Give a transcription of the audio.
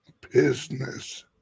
business